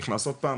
נכנס עוד פעם,